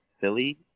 Philly